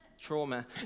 trauma